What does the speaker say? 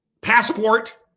passport